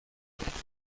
آشپزخونه